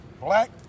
black